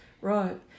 right